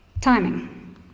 Timing